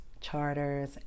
charters